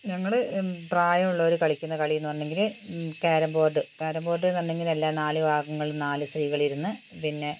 ഞങ്ങൾ പ്രായമുള്ളവർ കളിക്കുന്ന കളിയെന്ന് പറഞ്ഞെങ്കിൽ കേരം ബോർഡ് കേരം ബോർഡെന്നു പറഞ്ഞെങ്കിൽ എല്ലാ നാല് ഭാഗങ്ങളിലും നാല് സ്ത്രീകൾ ഇരുന്ന് പിന്നെ